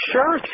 Sure